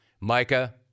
Micah